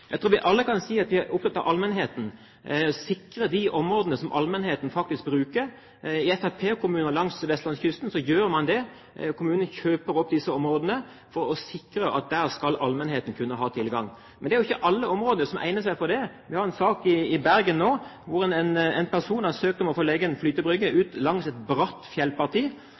Jeg tror vi alle kan si at vi er opptatt av allmennheten og av å sikre de områdene som allmennheten faktisk bruker. I fremskrittspartikommuner langs vestlandskysten gjør man det. Kommunene kjøper opp disse områdene for å sikre at allmennheten skal kunne ha tilgang. Men det er jo ikke alle områder som egner seg for det. Vi har nå en sak i Bergen, hvor en person har søkt om å få legge en flytebrygge langs et bratt fjellparti.